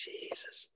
Jesus